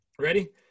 Ready